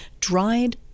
dried